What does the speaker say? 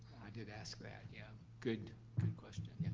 i did ask that, yeah, good, good question.